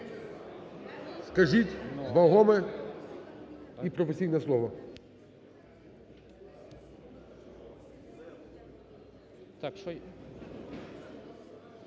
скажіть вагоме і професійне слово.